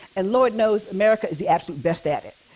and lord knows america is the absolute best at it.